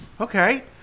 Okay